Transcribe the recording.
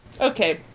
okay